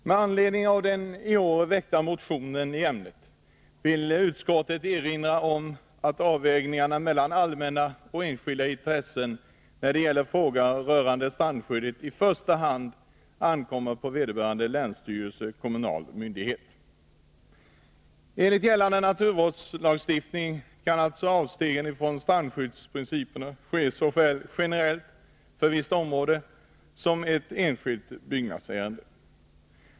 Med anledning av den i år väckta motionen i ämnet vill utskottet erinra om att avvägningarna mellan allmänna och enskilda intressen när det gäller frågor rörande strandskydd i första hand ankommer på vederbörande länsstyrelse och kommunal myndighet. Enligt gällande naturvårdslagstiftning kan alltså avsteg från strandskyddsprincipen ske såväl generellt, för visst område, som i ett enskilt byggnadsärende.